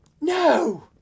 No